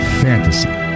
fantasy